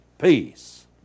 peace